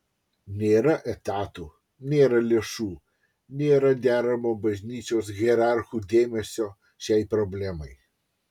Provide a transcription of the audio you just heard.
nėra etatų nėra lėšų nėra deramo bažnyčios hierarchų dėmesio šiai problemai